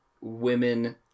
women